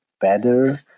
better